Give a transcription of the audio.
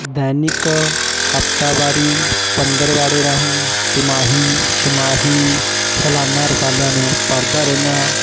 ਦੈਨਿਕ ਹਫ਼ਤਾਵਾਰੀ ਪੰਦਰਵਾੜੇ ਰਾਹੀਂ ਤਿਮਾਹੀ ਛਿਮਾਹੀ ਸਾਲਾਨਾ ਰਸਾਲਿਆਂ ਨੂੰ ਪੜ੍ਹਦਾ ਰਹਿੰਦਾ